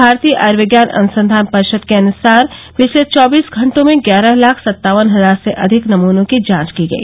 भारतीय आयर्विज्ञान अनुसंघान परिषद के अनुसार पिछले चौबीस घंटों में ग्यारह लाख सत्तावन हजार से अधिक नमूनों की जांच की गई